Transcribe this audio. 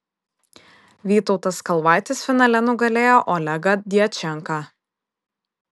vytautas kalvaitis finale nugalėjo olegą djačenką